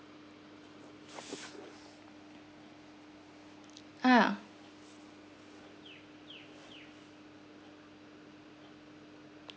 ah